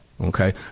okay